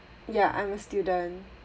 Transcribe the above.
ya I'm a student